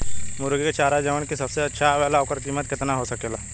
मुर्गी के चारा जवन की सबसे अच्छा आवेला ओकर कीमत केतना हो सकेला?